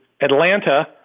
Atlanta